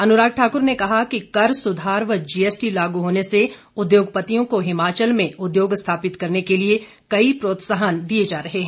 अनुराग ठाकुर ने कहा कि कर सुधार व जीएसटी लागू होने से उद्योगपतियों को हिमाचल में उद्योग स्थापित करने के लिए कई प्रोत्साहन दिए जा रहे हैं